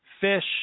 fish